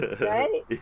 Right